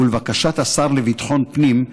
ולבקשת השר לביטחון פנים,